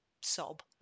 sob